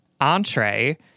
entree